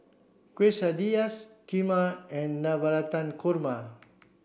Quesadillas Kheema and Navratan Korma